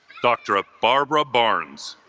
doctoral barbara barnes